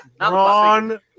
Ron